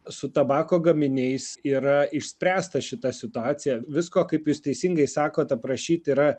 su tabako gaminiais yra išspręsta šita situacija visko kaip jūs teisingai sakot aprašyt yra